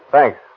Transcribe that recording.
Thanks